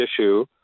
issue